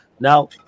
Now